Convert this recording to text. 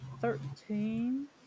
thirteen